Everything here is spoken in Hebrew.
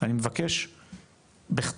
אני מבקש בכתב,